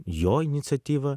jo iniciatyva